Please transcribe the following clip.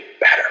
better